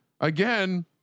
again